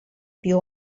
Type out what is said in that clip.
più